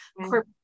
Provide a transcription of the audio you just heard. corporate